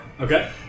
Okay